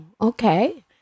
Okay